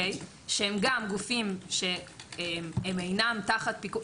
שהם גם גופים שהם אינם תחת פיקוח.